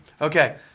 Okay